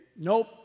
nope